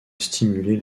stimuler